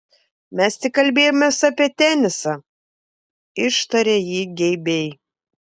mes tik kalbėjomės apie tenisą ištarė ji geibiai